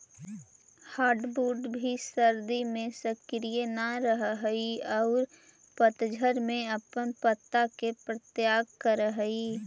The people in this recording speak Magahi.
हार्डवुड भी सर्दि में सक्रिय न रहऽ हई औउर पतझड़ में अपन पत्ता के त्याग करऽ हई